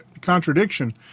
contradiction